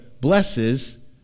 blesses